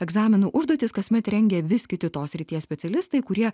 egzaminų užduotis kasmet rengia vis kiti tos srities specialistai kurie